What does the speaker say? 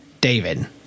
David